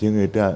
जोङो दा